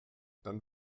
dann